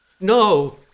No